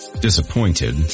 Disappointed